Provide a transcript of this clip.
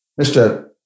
Mr